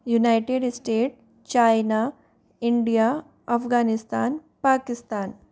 United State China India Afghanistan Pakistan